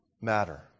matter